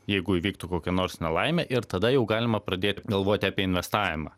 jeigu įvyktų kokia nors nelaimė ir tada jau galima pradėt galvoti apie investavimą